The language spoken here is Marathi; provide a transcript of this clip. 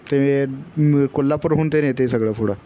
ते कोल्हापूर होऊन ते नेते आहे सगळं पुढे